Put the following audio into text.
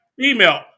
female